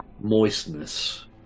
moistness